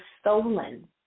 stolen